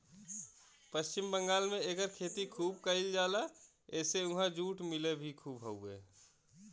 पश्चिम बंगाल में एकर खेती खूब कइल जाला एसे उहाँ जुट मिल भी खूब हउवे